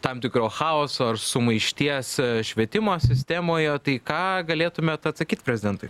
tam tikro chaoso ar sumaišties švietimo sistemoje tai ką galėtumėt atsakyt prezidentui